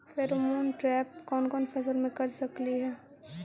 Pheromone trap कोन कोन फसल मे कर सकली हे?